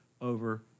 over